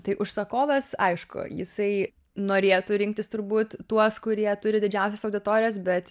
tai užsakovas aišku jisai norėtų rinktis turbūt tuos kurie turi didžiausias auditorijas bet